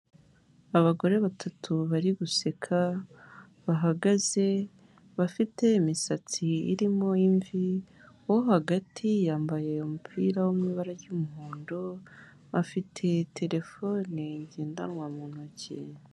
Abagore batatu bari guseka bahagaze bafite imisatsi irimo imvi, uwo hagati yambaye umupira wo mu ibara ry'umuhondo, afite terefone ngendanwa mu ntoki.